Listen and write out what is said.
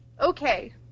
Okay